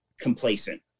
complacent